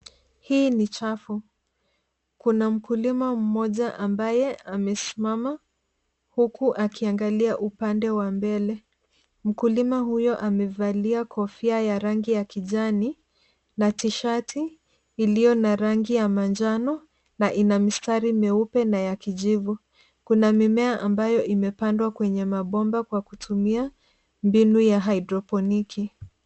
Hii ni chafu. Kuna mkulima mmoja ambaye amesimama huku akiangalia upande wa mbele. Mkulima huyo amevalia kofia ya rangi ya kijani na tishati iliyo na rangi ya manjano na ina mistari meupe na ya kijivu. Kuna mimea ambayo imepandwa kwenye mabomba kwa kutumia mbinu ya hidroponiki.